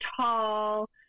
tall